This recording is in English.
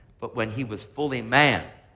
but when he was fully man,